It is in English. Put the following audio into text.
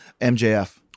MJF